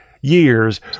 years